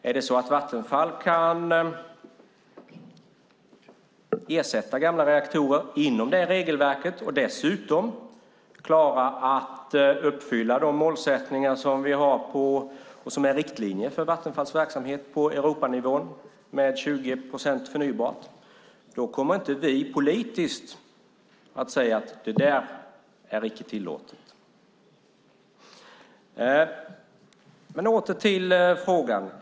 Är det så att Vattenfall kan ersätta gamla reaktorer inom det regelverket och dessutom klara att uppfylla de målsättningar som vi har som riktlinjer för Vattenfalls verksamhet på Europanivån med 20 procent förnybart kommer inte vi politiskt att säga: Det där är icke tillåtet! Men åter till frågan!